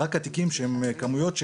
רק התיקים שהם כמויות,